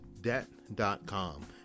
debt.com